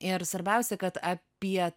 ir svarbiausia kad apie